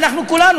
אנחנו כולנו,